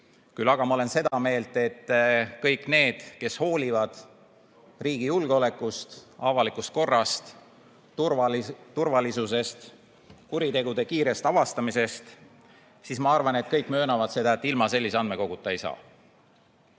küll aga ma olen seda meelt, et kõik need, kes hoolivad riigi julgeolekust, avalikust korrast, turvalisusest, kuritegude kiirest avastamisest, möönavad, et ilma sellise andmekoguta ei saa.